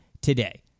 Today